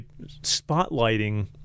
spotlighting